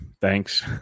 Thanks